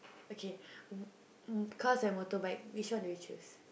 okay w~ cars and motorbike which one do you choose